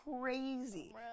crazy